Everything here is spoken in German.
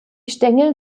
stängel